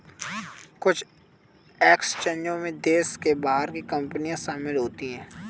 कुछ एक्सचेंजों में देश के बाहर की कंपनियां शामिल होती हैं